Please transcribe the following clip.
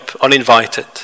uninvited